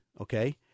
okay